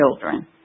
children